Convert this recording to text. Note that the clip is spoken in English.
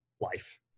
life